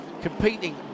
competing